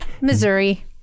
Missouri